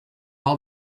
all